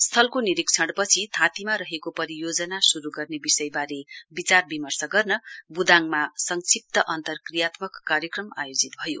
स्थलको निरीक्षणपछि थांतीमा रहेको परियोजना श्रू गरने विषयबारे विचारविमर्श गर्न बुदाङमा संक्षिप्त अन्तक्रियात्मक कार्यक्रम आयोजित भयो